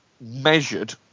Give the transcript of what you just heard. measured